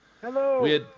Hello